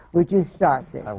would you start this?